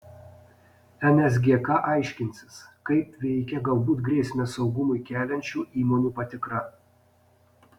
nsgk aiškinsis kaip veikia galbūt grėsmę saugumui keliančių įmonių patikra